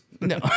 No